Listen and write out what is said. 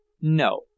No